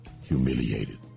humiliated